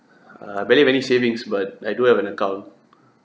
uh barely have any savings but I do have an account